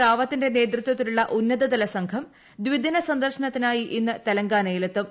റാവത്തിന്റെ നേതൃത്വത്തിലുള്ള ഉന്നതതല സംഘം ദ്വിദിന സന്ദർശനത്തിനായി ഇന്ന് തെലങ്കാനയിൽ എത്തും